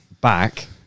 back